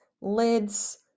lids